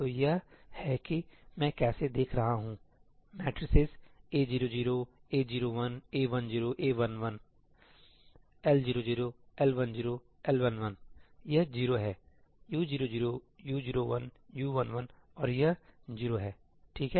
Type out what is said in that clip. तो यह है कि मैं कैसे देख रहा हूँ मैट्रिसेजA00 A01 A10 A11L00 L10 L11यह 0 हैU00 U01 U11 और यह 0 हैठीक है